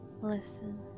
Listen